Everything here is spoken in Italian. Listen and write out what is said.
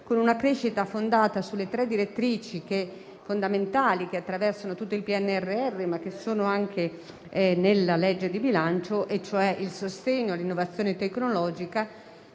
con una crescita fondata sulle tre direttrici fondamentali che attraversano tutto il PNRR, ma che sono anche nel disegno di legge di bilancio. Mi riferisco al sostegno all'innovazione tecnologica,